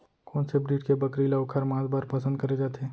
कोन से ब्रीड के बकरी ला ओखर माँस बर पसंद करे जाथे?